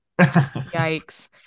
yikes